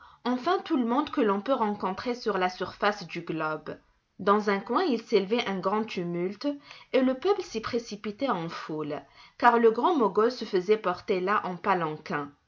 enfin tout le monde que l'on peut rencontrer sur la surface du globe dans un coin il s'élevait un grand tumulte et le peuple s'y précipitait en foule car le grand mogol se faisait porter là en palanquin